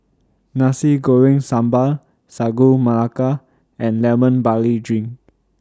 Nasi Goreng Sambal Sagu Melaka and Lemon Barley Drink